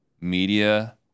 media